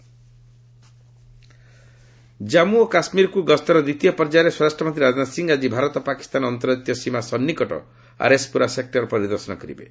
ରାଜନାଥ ଜାମ୍ମ ଜାମ୍ମୁ ଓ କାଶ୍ମୀରକୁ ଗସ୍ତର ଦ୍ୱିତୀୟ ପର୍ଯ୍ୟାୟରେ ସ୍ୱରାଷ୍ଟ୍ରମନ୍ତ୍ରୀ ରାଜନାଥ ସିଂ ଆଜି ଭାରତ ପାକିସ୍ତାନ ଅନ୍ତର୍ଜାତୀୟ ସୀମା ସନ୍ଦିକଟ ଆର୍ଏସ୍ପୁରା ସେକ୍ଟର ପରିଦର୍ଶନ କରିବେ